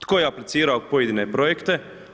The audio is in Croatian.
Tko je aplicirao pojedine projekte?